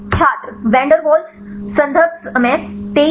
छात्र van der Waals